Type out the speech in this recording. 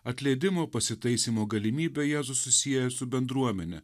atleidimo pasitaisymo galimybę jėzus susieja su bendruomene